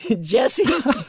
Jesse